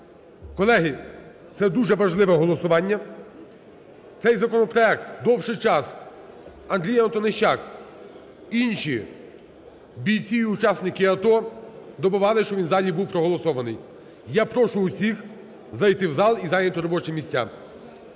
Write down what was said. Колеги, це дуже важливе голосування. Цей законопроект довший час Андрій Антонищак і інші бійці, і учасники АТО добивались, щоб він в залі був проголосований. Я прошу усіх зайти в зал і зайняти робочі місця.